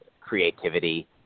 creativity